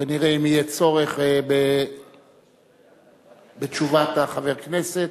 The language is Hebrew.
ונראה אם יהיה צורך בתשובת חבר הכנסת.